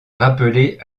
rappelé